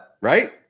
right